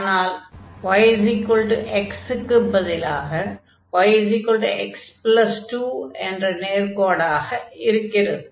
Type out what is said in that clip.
ஆனால் yx க்குப் பதிலாக yx2 என்ற நேர்க்கோடாக இருக்கிறது